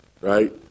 right